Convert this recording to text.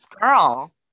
girl